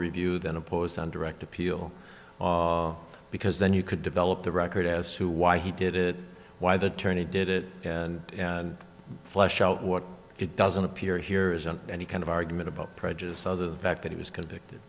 review than opposed on direct appeal because then you could develop the record as to why he did it why the tourney did it and and flush out what it doesn't appear here isn't any kind of argument about prejudice other the fact that he was convicted